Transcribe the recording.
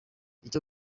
icyo